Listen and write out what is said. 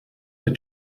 der